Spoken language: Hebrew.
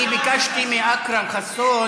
אני ביקשתי מאכרם חסון,